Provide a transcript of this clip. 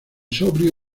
sobrio